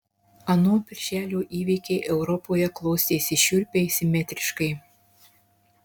ano birželio įvykiai europoje klostėsi šiurpiai simetriškai